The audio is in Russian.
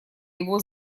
его